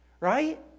Right